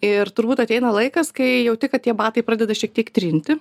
ir turbūt ateina laikas kai jauti kad tie batai pradeda šiek tiek trinti